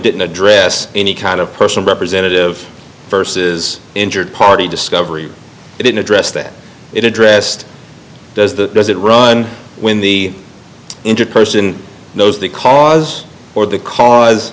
didn't address any kind of personal representative versus injured party discovery it didn't address that it addressed the does it run when the injured person knows the cause or the cause